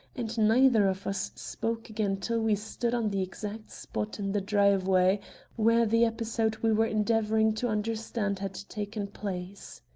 and neither of us spoke again till we stood on the exact spot in the driveway where the episode we were endeavoring to understand had taken place.